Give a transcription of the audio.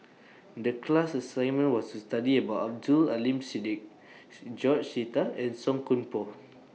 The class assignment was to study about Abdul Aleem Siddique George Sita and Song Koon Poh